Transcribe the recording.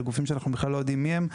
על גופים שאנחנו בכלל לא יודעים מי הם.